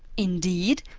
indeed,